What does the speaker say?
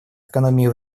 экономии